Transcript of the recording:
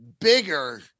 bigger